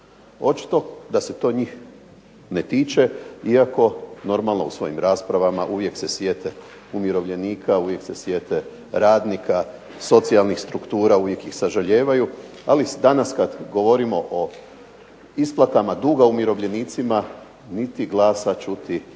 Očito da se to njih ne tiče iako normalno u svojim raspravama uvijek se sjete umirovljenika, uvijek se sjete radnika, socijalnih struktura, uvijek ih sažalijevaju. Ali danas kad govorimo o isplatama duga umirovljenicima niti glasa čuti nije